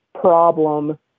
problem